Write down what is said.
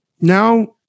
now